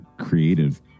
creative